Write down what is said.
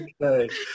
Okay